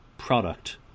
Product